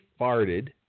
farted